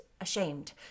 ashamed